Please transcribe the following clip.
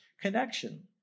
connection